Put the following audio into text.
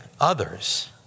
others